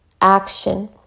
action